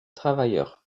travailleurs